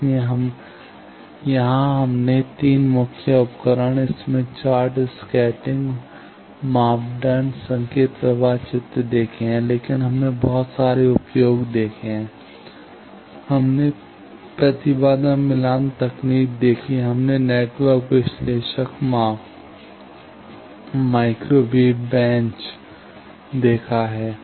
इसलिए यहां हमने 3 मुख्य उपकरण स्मिथ चार्ट स्कैटरिंग मापदंड संकेत प्रवाह चित्र देखे हैं लेकिन हमने बहुत सारे उपयोग देखे हैं हमने प्रतिबाधा मिलान तकनीक देखी है हमने नेटवर्क विश्लेषक माप माइक्रोवेव बेंच देखा है